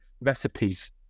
recipes